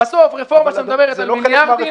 בסוף זה רפורמה מדברת על מיליארדים.